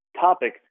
topic